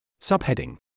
Subheading